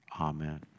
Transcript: Amen